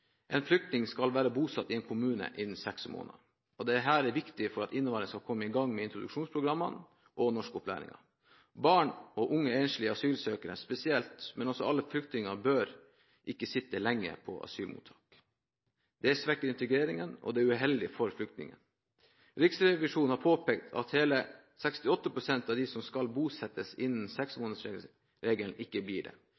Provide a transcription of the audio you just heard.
en flyktning skal være bosatt i en kommune innen seks måneder. Dette er viktig for at innvandrerne skal komme i gang med introduksjonsprogrammene og norskopplæringen. Spesielt barn og unge enslige asylsøkere – men også alle andre asylsøkere – bør ikke sitte lenge i asylmottak. Det svekker integreringen, og det er uheldig for flyktningene. Riksrevisjonen har påpekt at hele 68 pst. av dem som skal bosettes innen seksmånedersregelen, ikke blir det.